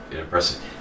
impressive